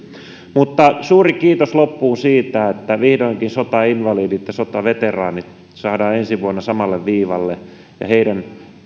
suuri kiitos loppuun siitä että vihdoinkin sotainvalidit ja sotaveteraanit saadaan ensi vuonna samalle viivalle ja heidän